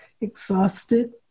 exhausted